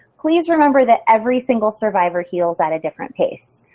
please remember that every single survivor heals at a different pace.